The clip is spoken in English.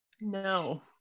No